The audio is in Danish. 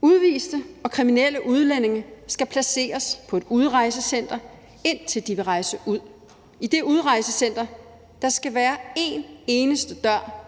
Udviste og kriminelle udlændinge skal placeres på et udrejsecenter, indtil de vil rejse ud. I det udrejsecenter skal der kun være én dør,